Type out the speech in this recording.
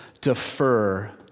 defer